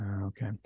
Okay